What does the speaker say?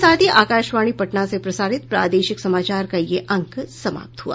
इसके साथ ही आकाशवाणी पटना से प्रसारित प्रादेशिक समाचार का ये अंक समाप्त हुआ